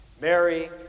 Mary